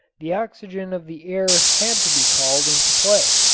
the oxygen of the air had to be called into play.